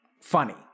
funny